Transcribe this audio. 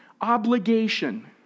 obligation